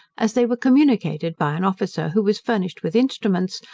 as they were communicated by an officer, who was furnished with instruments,